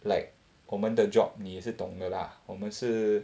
like 我们的 job 你也是懂得 lah 我们是